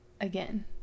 again